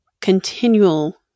continual